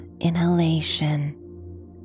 inhalation